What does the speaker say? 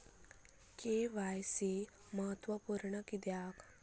KYC महत्त्वपुर्ण किद्याक?